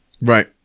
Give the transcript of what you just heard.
right